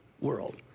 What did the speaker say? world